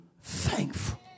thankful